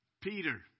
Peter